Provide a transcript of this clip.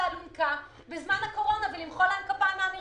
לאלונקה בזמן הקורונה ולמחוא להם כפיים מן המרפסות.